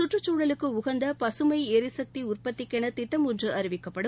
சுற்றுச்சூழலுக்கு உகந்த பசுமை ளிசக்தி உற்பத்திக்கென திட்டம் ஒன்று அறிவிக்கப்படும்